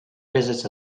visits